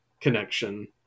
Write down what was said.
connection